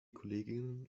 kolleginnen